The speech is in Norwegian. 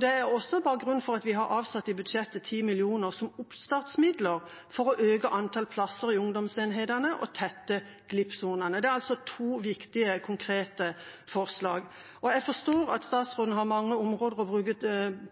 Det er også bakgrunnen for at vi i budsjettet har avsatt 10 mill. kr som oppstartsmidler for å øke antall plasser i ungdomsenhetene og tette glippsonene. Det er altså to viktige, konkrete forslag. Jeg forstår at statsråden har mange områder å bruke